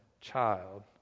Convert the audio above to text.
child